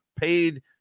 paid